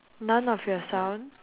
none of your sound